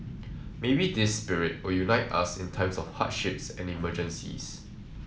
maybe this spirit will unite us in times of hardships and emergencies